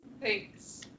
Thanks